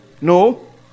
No